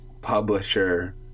publisher